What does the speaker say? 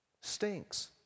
stinks